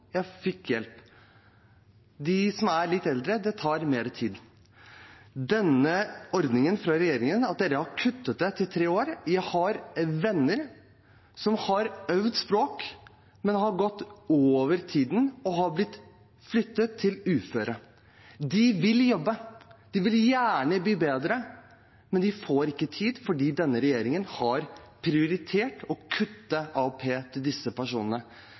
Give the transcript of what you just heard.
jeg fikk hjelp. De som er litt eldre, tar det litt mer tid for. Regjeringen har kuttet denne ordningen til tre år. Jeg har venner som har øvd på språket, men som har gått over tiden og blitt flyttet til uføretrygd. De vil jobbe. De vil gjerne bli bedre, men de får ikke tid, for denne regjeringen har prioritert å kutte AAP til disse personene.